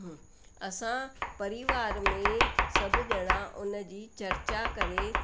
असां परिवार में सब ॼणा उन जी चर्चा करे